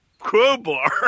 Crowbar